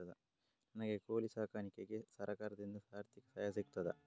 ನನಗೆ ಕೋಳಿ ಸಾಕಾಣಿಕೆಗೆ ಸರಕಾರದಿಂದ ಆರ್ಥಿಕ ಸಹಾಯ ಸಿಗುತ್ತದಾ?